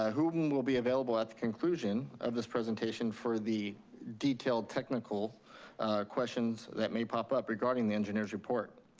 who will be available at the conclusion of this presentation for the detailed technical questions that may pop up regarding the engineer's report.